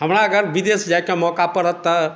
हमरा अगर विदेश जाइके मौका पड़त तऽ